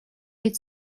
read